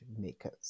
makers